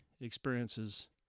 experiences